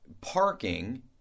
parking